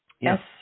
Yes